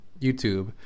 YouTube